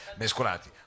mescolati